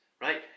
right